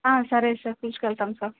సరే సార్ తీసుకు వెళ్తాం సార్